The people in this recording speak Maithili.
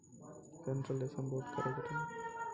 सेंट्रल रेशम बोर्ड केरो गठन उन्नीस सौ अड़तालीस म होलो छलै